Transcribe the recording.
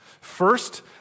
First